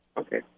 Okay